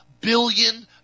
billion